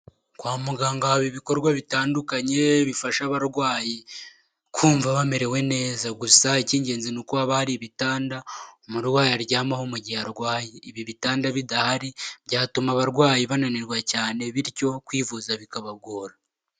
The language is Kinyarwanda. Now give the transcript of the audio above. Kwa muganga haba ibikorwa bitandukanye bifasha abarwayi kumva bamerewe neza, gusa icy'ingenzi ni uko haba hari ibitanda umurwayi aryamaho mu gihe arwaye, ibi bitanda bidahari byatuma abarwayi bananirwa cyane bityo kwivuza bikabagora.